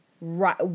Right